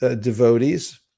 devotees